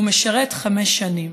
והוא משרת חמש שנים.